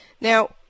Now